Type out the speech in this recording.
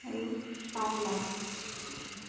আৰু পাঁচ লাখ